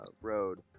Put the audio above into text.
road